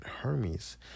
Hermes